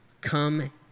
come